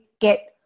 get